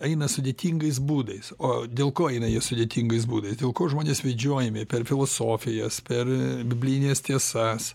eina sudėtingais būdais o dėl ko eina jie sudėtingais būdais dėl ko žmonės vedžiojami per filosofijas per biblines tiesas